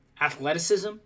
athleticism